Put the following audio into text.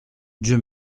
dieu